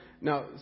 now